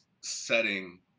setting